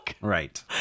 right